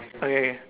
okay